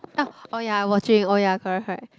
ah oh ya i watching oh ya correct correct